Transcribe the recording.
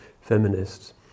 feminists